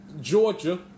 Georgia